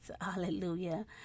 hallelujah